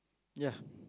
ya